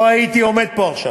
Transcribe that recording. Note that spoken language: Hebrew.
לא הייתי עומד פה עכשיו.